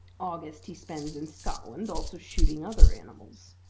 august he spends in scotland, also shooting other animals.